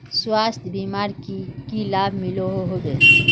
स्वास्थ्य बीमार की की लाभ मिलोहो होबे?